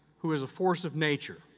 who is a force of nature.